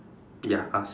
ya half